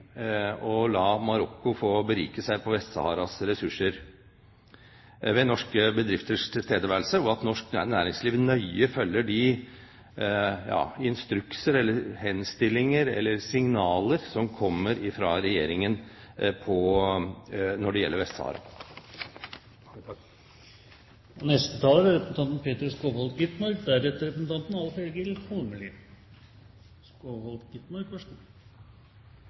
la Marokko få berike seg på Vest-Saharas ressurser ved norske bedrifters tilstedeværelse, og at norsk næringsliv nøye følger de instrukser eller henstillinger eller signaler som kommer fra Regjeringen når det gjelder Vest-Sahara. En stor takk til Venstre for deres langvarige engasjement for Vest-Sahara og for demokrati og menneskerettigheter i Vest-Sahara. Også en stor takk, slik representanten